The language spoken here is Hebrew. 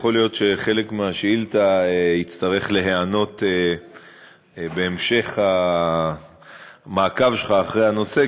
יכול להיות שחלק מהשאילתה יצטרך להיענות בהמשך המעקב שלך אחרי הנושא,